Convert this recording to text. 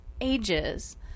ages